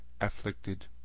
afflicted